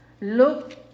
look